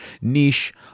niche